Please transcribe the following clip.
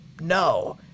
No